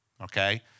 okay